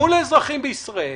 מול האזרחים בישראל